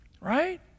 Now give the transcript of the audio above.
Right